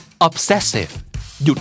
Obsessive